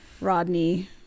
Rodney